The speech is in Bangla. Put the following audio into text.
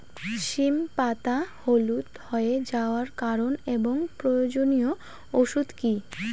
সিম পাতা হলুদ হয়ে যাওয়ার কারণ এবং প্রয়োজনীয় ওষুধ কি?